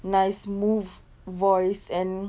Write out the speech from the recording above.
nice smooth voice and